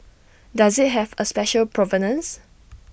does IT have A special provenance